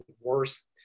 worse